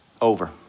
over